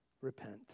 Repent